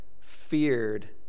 feared